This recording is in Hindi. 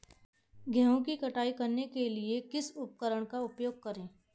गेहूँ की कटाई करने के लिए किस उपकरण का उपयोग करें?